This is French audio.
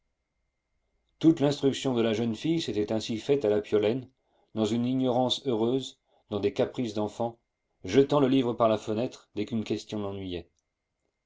toute l'instruction de la jeune fille s'était ainsi faite à la piolaine dans une ignorance heureuse dans des caprices d'enfant jetant le livre par la fenêtre dès qu'une question l'ennuyait